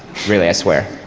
really i swear.